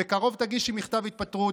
בקרוב תגישי מכתב התפטרות,